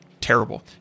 terrible